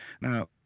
Now